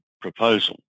proposal